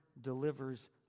delivers